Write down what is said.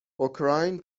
اوکراین